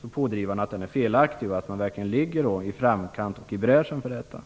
så pådrivande är felaktig och att Sverige verkligen ligger i framkant och går i bräschen för detta.